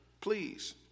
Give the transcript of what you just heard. please